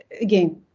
again